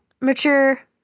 mature